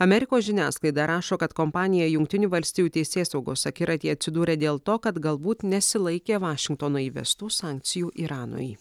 amerikos žiniasklaida rašo kad kompanija jungtinių valstijų teisėsaugos akiratyje atsidūrė dėl to kad galbūt nesilaikė vašingtono įvestų sankcijų iranui